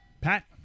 Pat